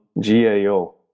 GAO